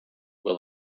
will